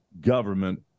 government